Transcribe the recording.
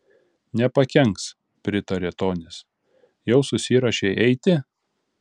nepakenks pritarė tonis jau susiruošei eiti